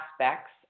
aspects